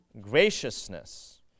graciousness